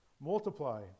multiply